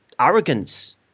arrogance